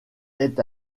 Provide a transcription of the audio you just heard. est